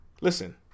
Listen